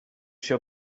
się